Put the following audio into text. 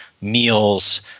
meals